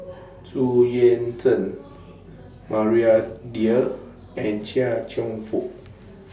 Xu Yuan Zhen Maria Dyer and Chia Cheong Fook